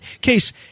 Case